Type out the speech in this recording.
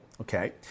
okay